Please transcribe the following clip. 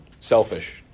Selfish